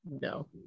No